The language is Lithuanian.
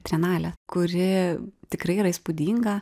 trienalę kuri tikrai yra įspūdinga